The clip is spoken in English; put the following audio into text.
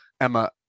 Emma